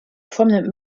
prominent